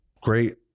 great